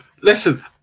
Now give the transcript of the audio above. Listen